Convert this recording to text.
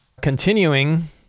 Continuing